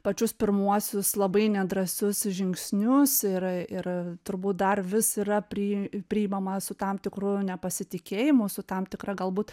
pačius pirmuosius labai nedrąsus žingsnius ir ir turbūt dar vis yra pri priimama su tam tikru nepasitikėjimu su tam tikra galbūt